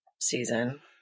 season